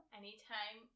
anytime